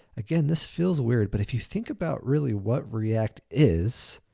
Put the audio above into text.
again, this feels weird, but if you think about really what react is,